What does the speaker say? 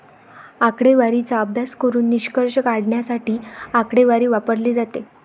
आकडेवारीचा अभ्यास करून निष्कर्ष काढण्यासाठी आकडेवारी वापरली जाते